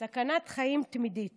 סכנת חיים תמידית